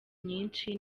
nyinshi